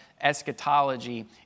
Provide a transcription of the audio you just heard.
eschatology